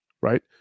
right